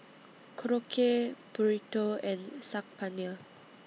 Korokke Burrito and Saag Paneer